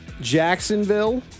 Jacksonville